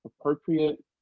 appropriate